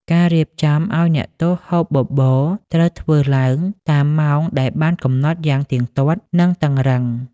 ការរៀបចំឱ្យអ្នកទោសហូបបបរ ត្រូវធ្វើឡើងតាមម៉ោងដែលបានកំណត់យ៉ាងទៀងទាត់ និងតឹងរ៉ឹង។